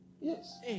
yes